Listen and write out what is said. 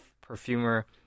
Perfumer